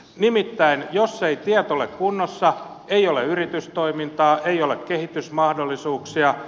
nimittäin jos eivät tiet ole kunnossa ei ole yritystoimintaa ei ole kehitysmahdollisuuksia